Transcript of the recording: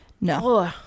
no